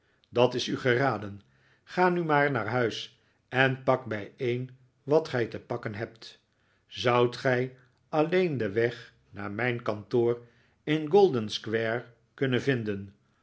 dat is u geraden ga nu maar naar huis en pak bijeen wat gij te pakken hebt zoudt gij alleen den weg naar mijn kantoor in golden-square kunnen vinden